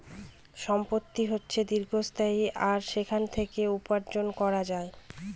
সম্পত্তি হচ্ছে দীর্ঘস্থায়ী আর সেখান থেকে উপার্জন করা যায়